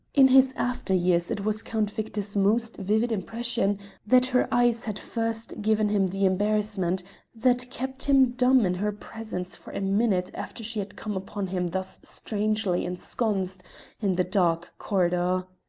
in his after years it was count victor's most vivid impression that her eyes had first given him the embarrassment that kept him dumb in her presence for a minute after she had come upon him thus strangely ensconced in the dark corridor.